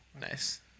Nice